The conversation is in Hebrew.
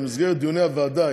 במסגרת דיוני הוועדה,